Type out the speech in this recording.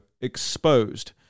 exposed